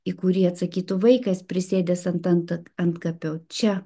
į kurį atsakytų vaikas prisėdęs ant ant antkapio čia